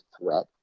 threat